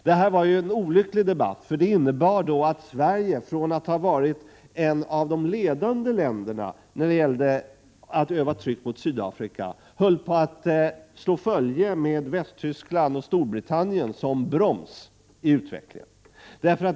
Det här var en olycklig debatt, för den innebar att Sverige, från att ha varit ett av de ledande länderna när det gällde att öva tryck på Sydafrika, höll på att slå följe mec Västtyskland och Storbritannien som broms för utvecklingen.